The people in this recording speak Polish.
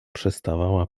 przestawała